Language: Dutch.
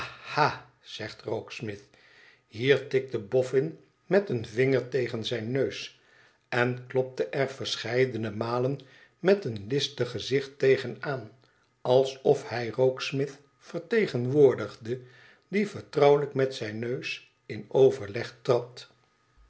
zegt rokesmith hier tikte boffin xpet een vinger tegen zijn neus en klopte er verscheidene malen met een listig gezicht tegen aan alsof hij rokesmith vertegenwoordigde die vertrouwelijk met zijn neus in overleg